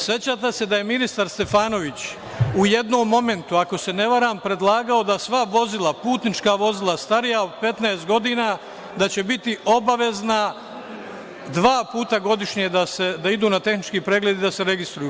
Sećate se da je ministar Stefanović u jednom momentu, ako se ne varam, predlagao da sva vozila, putnička vozila starija od 15 godina, da će biti obavezna da dva puta godišnje idu na tehnički pregled i da se registruju.